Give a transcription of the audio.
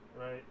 right